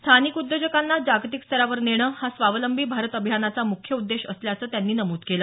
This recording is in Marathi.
स्थानिक उद्योजकांना जागतिक स्तरावर नेणं हा स्वावलंबी भारत अभियानाचा मुख्य उद्देश असल्याचं त्यांनी नमूद केलं